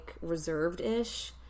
reserved-ish